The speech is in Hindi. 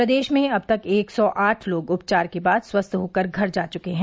प्रदेश में अब तक एक सौ आठ लोग उपचार के बाद स्वस्थ होकर घर जा चुके हैं